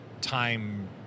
time